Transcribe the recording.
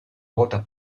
vuota